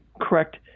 correct